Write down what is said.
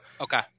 Okay